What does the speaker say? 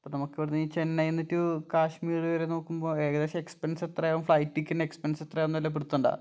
അപ്പം നമുക്ക് ഇവിടുന്ന് ഈ ചെന്നൈന്ന് റ്റു കാശ്മീർ വരെ നോക്കുമ്പോൾ ഏകദേശം എക്സ്പെൻസ് എത്രയാകും ഫ്ലൈറ്റ് ടിക്കറ്റിന് എക്സ്പെൻസ് എത്രയാകും എന്ന് വല്ല പിടുത്തമുണ്ടോ